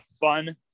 fun